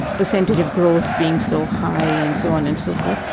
percentage of growth being so high and so on and so forth,